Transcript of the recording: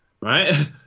right